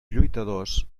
lluitadors